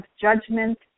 judgment